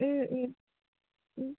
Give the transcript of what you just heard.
ও ও ও